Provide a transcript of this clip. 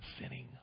sinning